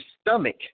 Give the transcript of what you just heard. stomach